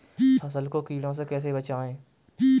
फसल को कीड़ों से कैसे बचाएँ?